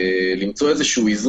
למצוא איזון.